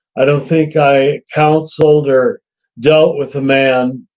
i don't think i counseled or dealt with a man,